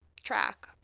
track